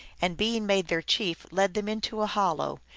and, being made their chief, led them into a hollow,